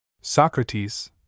Socrates